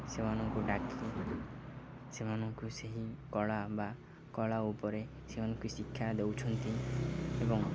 ସେମାନଙ୍କୁ ଡାକି ସେମାନଙ୍କୁ ସେହି କଳା ବା କଳା ଉପରେ ସେମାନଙ୍କୁ ଶିକ୍ଷା ଦେଉଛନ୍ତି ଏବଂ